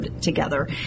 together